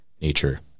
nature